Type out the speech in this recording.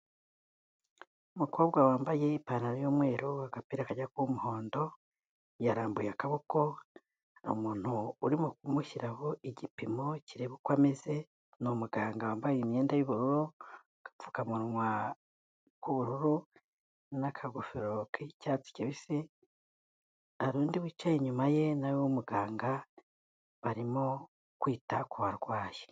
Umukobwa wambaye ipantaro y'umweru, agapira kajya kuba umuhondo, yarambuye akaboko, umuntu urimo kumushyiraho igipimo kireba uko ameze, ni umuganga wambaye imyenda y'ubururu, agapfukamunwa k'ubururu, n'akagofero k'icyatsi kibisi, hari undi wicaye inyuma ye nawe w'umuganga, barimo kwita ku barwayi.